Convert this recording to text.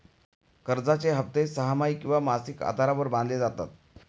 कर्जाचे हप्ते सहामाही किंवा मासिक आधारावर बांधले जातात